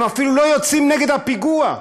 הם אפילו לא יוצאים נגד הפיגוע.